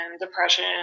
depression